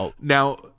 Now